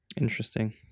Interesting